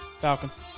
Falcons